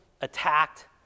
attacked